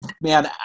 man